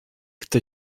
kto